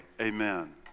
Amen